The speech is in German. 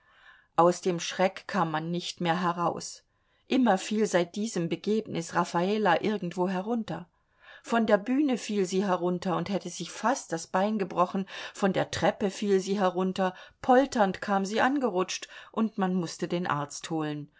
aus dem schreck kam man nicht mehr heraus immer fiel seit diesem begebnis raffala irgendwo herunter von der bühne fiel sie herunter und hätte sich fast das bein gebrochen von der treppe fiel sie herunter polternd kam sie angerutscht und man mußte den arzt holen